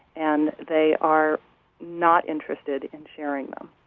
and they are not interested in sharing them